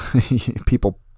people